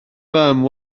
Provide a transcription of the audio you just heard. fam